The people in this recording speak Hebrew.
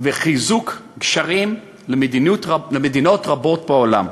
ולחיזוק של גשרים למדינות רבות בעולם.